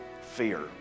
fear